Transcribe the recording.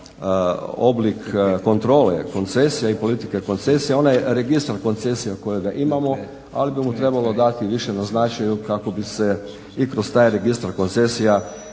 oblik kontrole i politike koncesije. Onaj registar koncesija kojega imamo ali bi mu trebalo dati više na značaju kako bi se i kroz taj registar koncesija